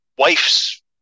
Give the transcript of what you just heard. wife's